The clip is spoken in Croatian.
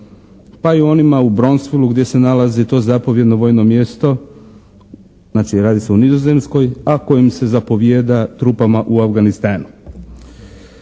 pa i onima u Bronsfield gdje se nalazi to zapovjedno vojno mjesto, znači radi se o Nizozemskoj, a kojim se zapovijeda trupama u Afganistanu.